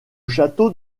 château